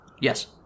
Yes